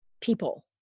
people